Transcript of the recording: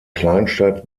kleinstadt